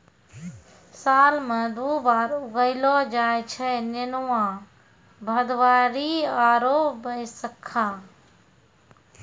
साल मॅ दु बार उगैलो जाय छै नेनुआ, भदबारी आरो बैसक्खा